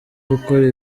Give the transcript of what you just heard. gukora